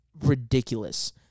ridiculous